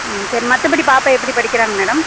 ம் சரி மற்றபடி பாப்பா எப்படி படிக்கிறாங்க மேடம்